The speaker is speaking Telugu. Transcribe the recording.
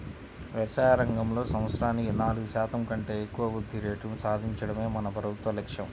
వ్యవసాయ రంగంలో సంవత్సరానికి నాలుగు శాతం కంటే ఎక్కువ వృద్ధి రేటును సాధించడమే మన ప్రభుత్వ లక్ష్యం